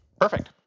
Perfect